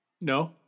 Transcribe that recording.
No